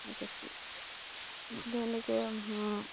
এনেকৈ